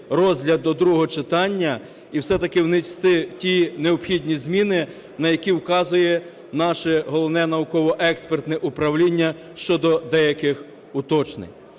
розгляд до другого читання і все-таки внести ті необхідні зміни, на які вказує наше Головне науково-експертне управління щодо деяких уточнень.